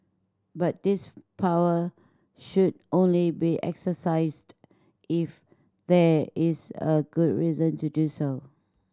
but this power should only be exercised if there is a good reason to do so